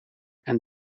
and